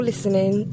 Listening